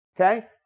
Okay